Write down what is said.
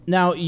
Now